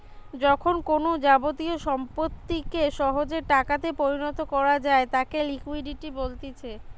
যখন কোনো যাবতীয় সম্পত্তিকে সহজে টাকাতে পরিণত করা যায় তাকে লিকুইডিটি বলতিছে